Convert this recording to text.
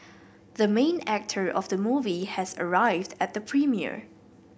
the main actor of the movie has arrived at the premiere